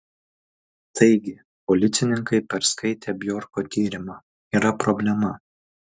taigi policininkai perskaitę bjorko tyrimą yra problema